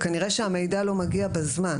אבל כנראה שהמידע לא מגיע בזמן.